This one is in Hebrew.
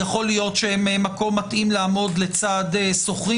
יכול להיות שהם מקום מתאים לעמוד לצד שוכרים